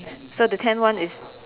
so the tenth one is